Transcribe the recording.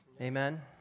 Amen